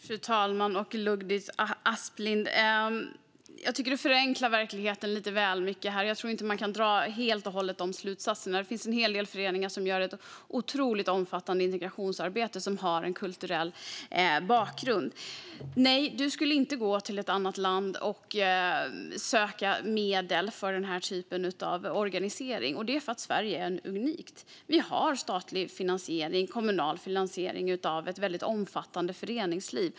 Fru talman och Ludvig Aspling! Jag tycker att verkligheten förenklas lite väl mycket här. Jag tror inte att man kan dra de här slutsatserna helt och hållet. Det finns en hel del föreningar som gör ett otroligt omfattande integrationsarbete och som har en kulturell bakgrund. Nej, du skulle inte gå till ett annat lands myndigheter och söka medel för den här typen av organisering, och det är för att Sverige är unikt. Vi har statlig och kommunal finansiering av ett väldigt omfattande föreningsliv.